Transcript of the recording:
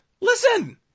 Listen